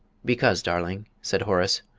because, darling, said horace,